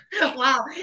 wow